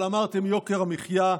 אבל אמרתם "יוקר המחיה"